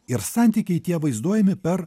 ir santykiai tie vaizduojami per